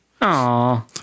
Aw